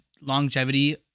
longevity